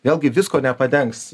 vėlgi visko nepadengs